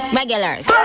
regulars